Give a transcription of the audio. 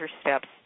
steps